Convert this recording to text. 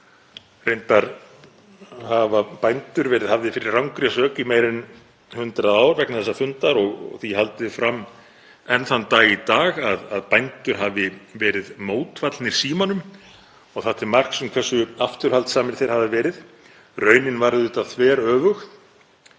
Reyndar hafa bændur verið hafðir fyrir rangri sök í meira en 100 ár vegna þessa fundar og því haldið fram enn þann dag í dag að bændur hafi verið mótfallnir símanum og það sé til marks um hversu afturhaldssamir þeir hafi verið. Raunin var auðvitað þveröfug.